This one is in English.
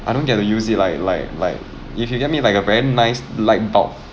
I don't get to use it like like like if you get me like a very nice light bulb